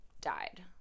died